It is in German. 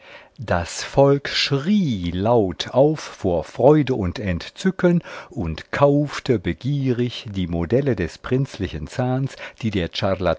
das volk schrie laut auf vor freude und entzücken und kaufte begierig die modelle des prinzlichen zahns die